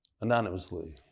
anonymously